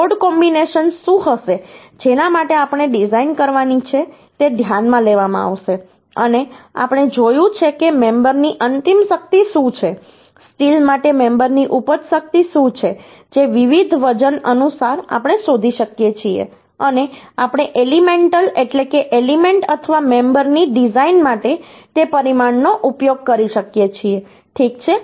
load combination શું હશે જેના માટે આપણે ડિઝાઇન કરવાની છે તે ધ્યાનમાં લેવામાં આવશે અને આપણે જોયું છે કે મેમબરની અંતિમ શક્તિ શું છે સ્ટીલ માટે મેમબરની ઉપજ શક્તિ શું છે જે વિવિધ વજન અનુસાર આપણે શોધી શકીએ છીએ અને આપણે એલિમેન્ટલ એટલે કે એલિમેન્ટ અથવા મેમબરની ડિઝાઇન માટે તે પરિમાણોનો ઉપયોગ કરી શકીએ છીએ ઠીક છે